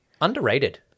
underrated